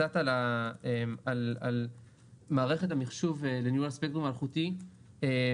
להתארגן על מערכת ניהול ספקטרום חדשה,